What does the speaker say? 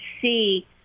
see